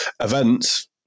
events